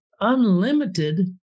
unlimited